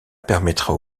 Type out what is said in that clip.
permettra